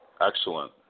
Excellent